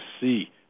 see